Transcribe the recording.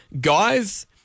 Guys